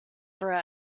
for